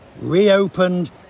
reopened